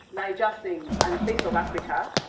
naija sings, and face of africa,